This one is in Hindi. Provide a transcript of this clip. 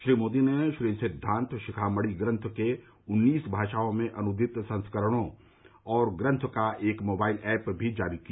श्री मोदी ने श्री सिद्दांत शिखामणि ग्रंथ के उन्नीस भाषाओं में अनुदित संस्करणों और ग्रंथ का एक मोबाइल एप भी जारी किया